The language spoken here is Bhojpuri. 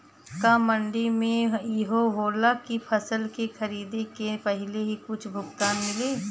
का मंडी में इहो होला की फसल के खरीदे के पहिले ही कुछ भुगतान मिले?